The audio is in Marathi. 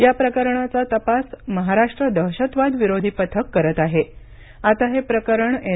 या प्रकरणाचा तपास महाराष्ट्र दहशतवाद विरोधी पथक करत आहे आता हे प्रकरण एन